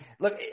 look